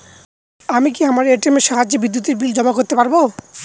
আমি কি আমার এ.টি.এম এর সাহায্যে বিদ্যুতের বিল জমা করতে পারব?